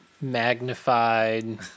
Magnified